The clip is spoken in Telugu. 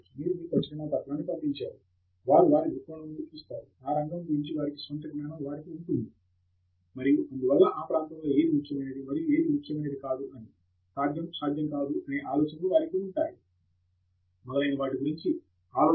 మీరు మీ ప్రచురణ పత్రాన్ని పంపించారు వారు వారి దృక్కోణం నుండి చూస్తారు ఆ రంగం గురించి వారి స్వంత జ్ఞానం వారికి ఉంటుంది మరియు అందువల్ల ఆ ప్రాంతంలో ఏది ముఖ్యమైనది మరియు ఏది ముఖ్యమైనది కాదు అని సాధ్యం సాధ్యం కాదు ఆలోచనలు వారికి ఉంటాయి మొదలైన వాటి గురించి ఆలోచన